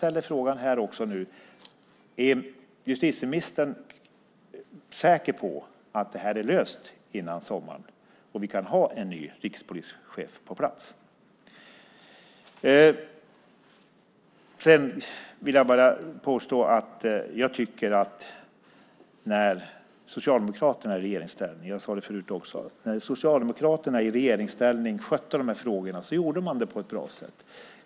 Är justitieministern säker på att det här är löst före sommaren, så att vi då kan ha en ny rikspolischef på plats? Jag tycker att Socialdemokraterna i regeringsställning - jag sade det förut också - skötte de här frågorna på ett bra sätt.